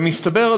ומסתבר,